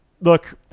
look